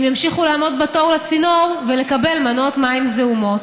הם ימשיכו לעמוד בתור לצינור ולקבל מנות מים זעומות.